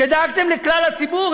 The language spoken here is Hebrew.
שדאגתם לכלל הציבור.